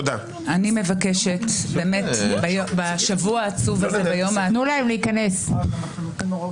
אפשר להכניס את הארגונים?